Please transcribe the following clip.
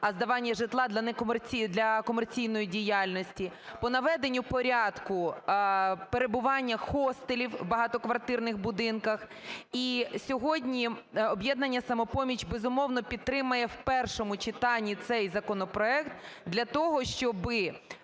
а здавання житла для комерційної діяльності, по наведенню порядку перебування хостелів в багатоквартирних будинках. І сьогодні "Об'єднання "Самопоміч", безумовно, підтримає в першому читанні цей законопроект для того, щоби